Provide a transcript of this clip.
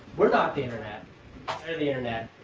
we're not the internet. they're the internet.